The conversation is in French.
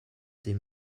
des